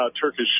Turkish